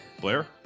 Blair